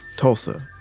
tulsa.